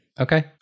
Okay